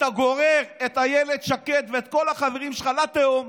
אתה גורר את אילת שקד ואת כל החברים שלך לתהום.